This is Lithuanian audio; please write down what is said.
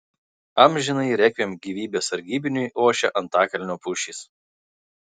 amžinąjį rekviem gyvybės sargybiniui ošia antakalnio pušys